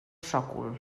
sòcol